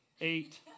eight